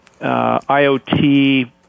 IoT